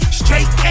straight